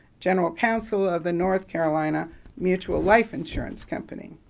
general counsel of the north carolina mutual life insurance company.